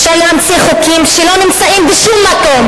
אפשר להמציא חוקים שלא נמצאים בשום מקום.